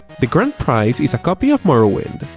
the grand prize is a copy of morrowind!